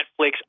Netflix